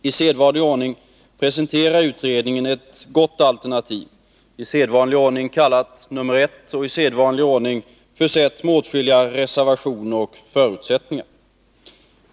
I sedvanlig ordning presenterar utredningen ett gott alternativ, i sedvanlig ordning kallat nr 1, och i sedvanlig ordning försett med åtskilliga reservationer och förutsättningar.